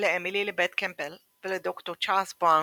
לאמילי לבית קמפבל ולד"ר צ'ארלס בראון,